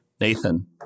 Nathan